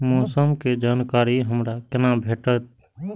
मौसम के जानकारी हमरा केना भेटैत?